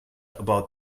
about